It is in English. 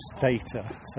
data